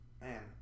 man